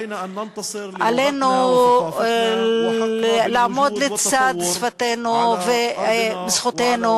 עלינו לעמוד לצד שפתנו, וזכותנו